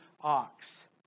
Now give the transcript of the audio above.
ox